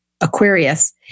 Aquarius